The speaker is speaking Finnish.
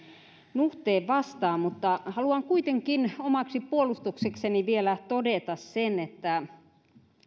nuhteen vastaan mutta haluan kuitenkin omaksi puolustuksekseni vielä todeta sen että